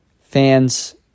fans